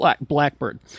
Blackbird